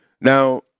Now